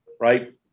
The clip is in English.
right